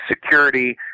security